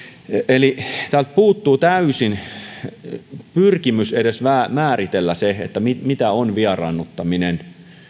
eli täältä puuttuu täysin edes pyrkimys määritellä se mitä on vieraannuttaminen